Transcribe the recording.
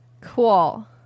Cool